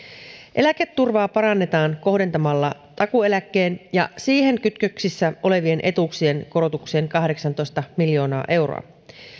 eläketurvaa parannetaan kohdentamalla takuueläkkeen ja siihen kytköksissä olevien etuuksien korotukseen kahdeksantoista miljoonaa euroa